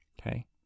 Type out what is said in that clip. Okay